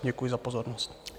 Děkuji za pozornost.